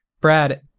Brad